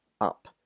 up